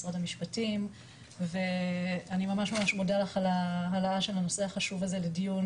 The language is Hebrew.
משרד המשפטים ואני ממש ממש מודה לך על העלאת הנושא החשוב הזה לדיון,